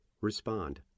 respond